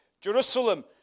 Jerusalem